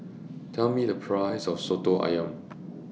Tell Me The Price of Soto Ayam